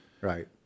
right